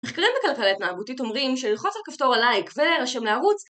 מחקרים בכלכלה התנהגותית אומרים שללחוץ על כפתור ה"לייק" ולהירשם לערוץ